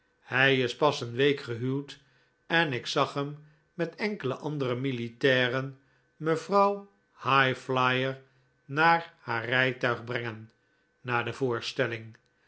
hij is pas een week gehuwd en ik zag hem met enkele andere militairen mevrouw highflyer naar haar rijtuig brengen na de voorstelling